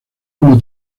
como